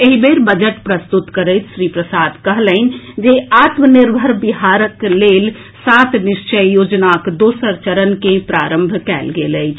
एहि बेर बजट प्रस्तुत करैत श्री प्रसाद कहलनि जे आत्मनिर्भर बिहारक लेल सात निश्चय योजनाक दोसर चरण के प्रारंभ कएल गेल अछि